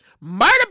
murder